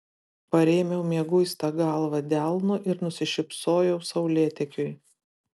parėmiau mieguistą galvą delnu ir nusišypsojau saulėtekiui